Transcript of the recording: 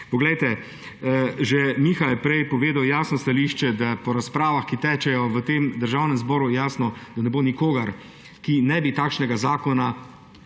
replika. Že Miha je prej povedal jasno stališče, da je po razpravah, ki tečejo v tem državnem zboru, jasno, da ne bo nikogar, ki ne bi takšnega zakona